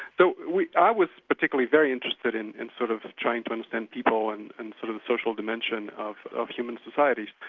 so i was particularly very interested in and sort of trying to understand people and and sort of the social dimension of of human societies.